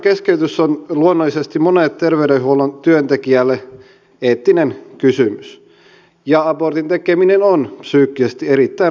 raskaudenkeskeytys on luonnollisesti monelle terveydenhuollon työntekijälle eettinen kysymys ja abortin tekeminen on psyykkisesti erittäin raskas toimi